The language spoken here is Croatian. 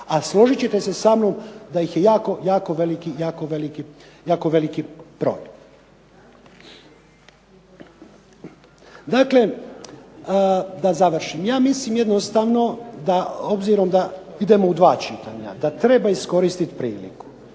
A složit ćete se sa mnom da je jako veliki broj. Dakle, da završim. Ja mislim jednostavno obzirom da idemo u dva čitanja, da treba iskoristiti priliku